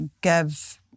give